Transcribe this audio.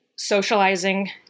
socializing